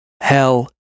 hell